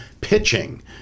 pitching